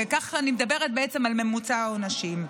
אני מדברת בעצם על ממוצע העונשים,